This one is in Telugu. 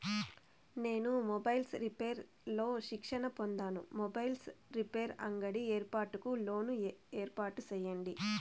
నేను మొబైల్స్ రిపైర్స్ లో శిక్షణ పొందాను, మొబైల్ రిపైర్స్ అంగడి ఏర్పాటుకు లోను ఏర్పాటు సేయండి?